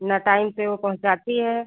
ना टाइम से वह पहुँचाती है